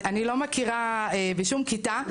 אני לא מכירה בשום כיתה,